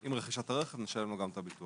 עם רכישת הרכב נשלם לו גם את הביטוח.